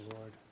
Lord